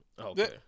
okay